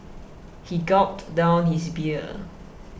he gulped down his beer